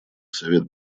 совет